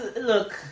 look